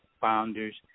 founders